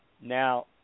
Now